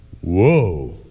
Whoa